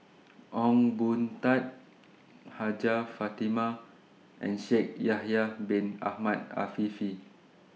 Ong Boon Tat Hajjah Fatimah and Shaikh Yahya Bin Ahmed Afifi